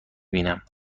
بینم